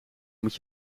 moet